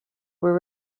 were